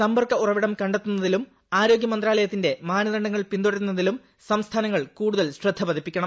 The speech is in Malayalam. സമ്പർക്ക ഉറവിടം കണ്ടെത്തുന്നതിലും ആരോഗ്യമ ന്ത്രാലയത്തിന്റെ മാനദണ്ഡങ്ങൾ പിന്തുടരുന്നതിലും സംസ്ഥാനങ്ങൾ കൂടുതൽ ശ്രദ്ധപതിപ്പിക്കണം